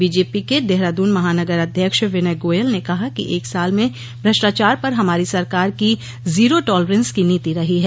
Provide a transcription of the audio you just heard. BJP के देहरादून महानगर अध्यक्ष विनय गोयल ने कहा कि एक साल में भ्रष्टाचार पर हमारी सरकार की जीरो टॉलरेंस की नीति रही है